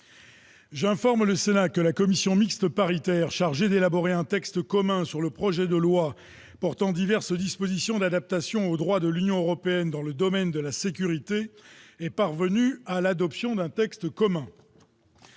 informé le Sénat que la commission mixte paritaire chargée d'élaborer un texte commun sur le projet de loi portant diverses dispositions d'adaptation au droit de l'Union européenne dans le domaine de la sécurité est parvenu à l'adoption d'un texte commun.